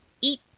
eat